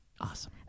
Awesome